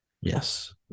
yes